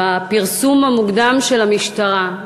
עם הפרסום המוקדם של המשטרה.